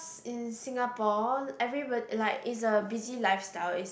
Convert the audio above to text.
in Singapore everybody like is a busy lifestyle is